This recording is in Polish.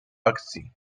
akcji